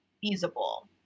feasible